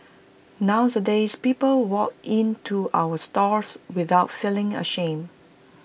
nowadays people walk in to our stores without feeling ashamed